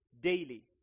daily